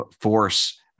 force